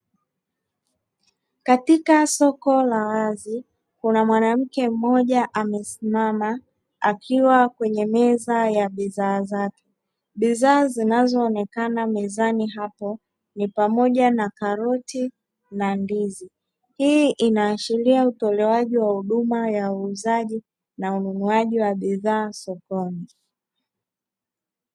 Katika soko la wazi kuna Mwanamke mmoja amesimama akiwa kwenye meza ya bidhaa zake bidhaa zinazo onekana mezani hapo, pamoja na karoti na ndizi; hii inaashiria utolewaji wa huduma ya uuzaji na ununuaji wa bidhaa sokoni.